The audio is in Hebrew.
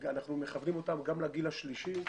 ואנחנו מכוונים אותם גם לגיל השלישי.